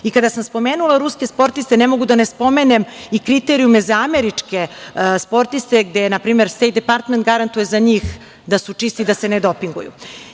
sam spomenula ruske sportiste, ne mogu da ne spomenem i kriterijume za američke sportiste, gde je npr. „Stejt department“ garantuje za njih da su čisti, da se ne dopinguju.